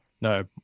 no